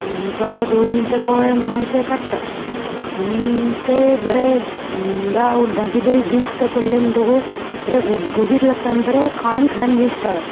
तवो दवरून पोळे अशे म्हणोन काडटा आनी ते बरे दाळ उड्डाची बरी जिस्त पडली म्हणटगू बरे गुबगुबीत लागता आनी खायन खायन दिसता